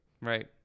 Right